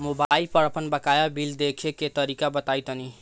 Mobile पर आपन बाकाया बिल देखे के तरीका बताईं तनि?